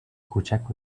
کوچک